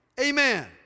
Amen